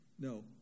no